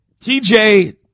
TJ